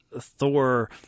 Thor